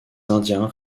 indiens